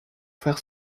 faire